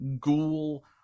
ghoul